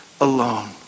alone